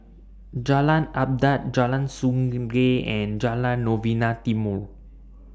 Jalan Adat Jalan Sungei and Jalan Novena Timor